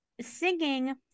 singing